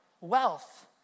Wealth